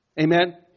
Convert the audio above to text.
Amen